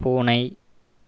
பூனை